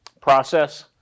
process